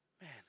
Man